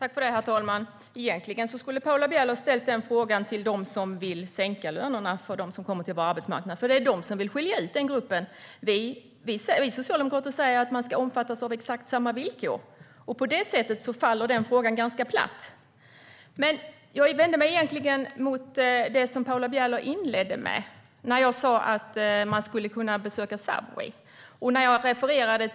Herr talman! Egentligen skulle Paula Bieler ha ställt den frågan till dem som vill sänka lönerna för dem som kommer till vår arbetsmarknad, för det är de som vill skilja ut den gruppen. Vi socialdemokrater säger att man ska omfattas av exakt samma villkor. Därför faller den frågan ganska platt. Jag vänder mig mot det Paula Bieler sa angående detta med besök på Subway. När jag refererade